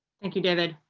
thank you david